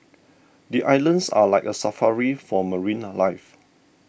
the islands are like a safari for marine life